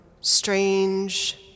strange